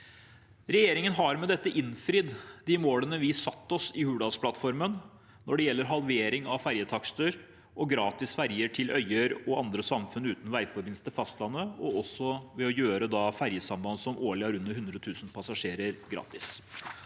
Regjeringen har med dette innfridd de målene vi satte oss i Hurdalsplattformen når det gjelder halvering av ferjetakster og gratis ferjer til øyer og andre samfunn uten veiforbindelse til fastlandet, og også ved å gjøre ferjesamband som årlig har under 100 000 passasjerer, gratis.